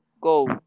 go